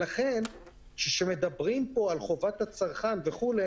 לכן כשמדברים על חובת הצרכן וכו',